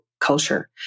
culture